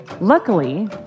Luckily